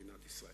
פעלת בכיוון הזה.